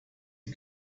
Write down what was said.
you